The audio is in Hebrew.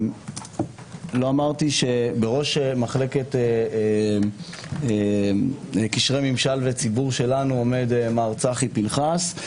לא אמרתי שבראש מחלקת קשרי ממשל וציבור שלנו עומד מר צחי פנחס.